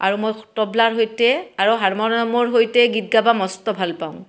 আৰু মই তবলাৰ সৈতে আৰু হাৰমনিয়ামৰ সৈতে গীত গাবা মস্ত ভাল পাওঁ